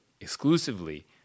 exclusively